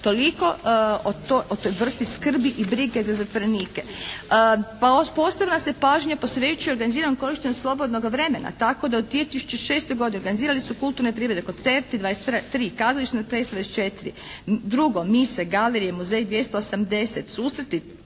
Toliko o toj vrsti skrbi i brige za zatvorenike. … /Ne razumije se./ … pažnja posvećuje organiziranom korištenju slobodnog vremena tako da u 2006. godini organizirani su kulturne priredbe, koncerti 23, kazališne predstave 24. Drugo, mise, galerije, muzeji 280. Susreti